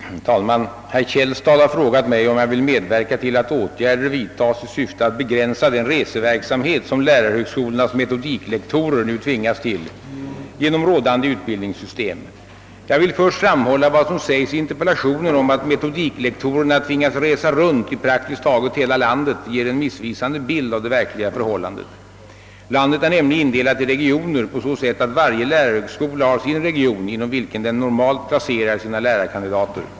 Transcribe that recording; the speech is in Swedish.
Herr talman! Herr Källstad har frågat mig om jag vill medverka till att åtgärder vidtas i syfte att begränsa den reseverksamhet, som lärarhögskolornas metodiklektorer nu tvingas till genom rådande utbildningssystem. Jag vill först framhålla att vad som sägs i interpellationen om att metodiklektorerna tvingas resa runt i praktiskt taget hela landet ger en missvisande bild av det verkliga förhållandet. Landet är nämligen indelat i regioner på så sätt att varje lärarhögskola har sin region inom vilken den normalt placerar sina lärarkandidater.